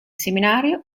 seminario